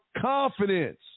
confidence